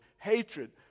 hatred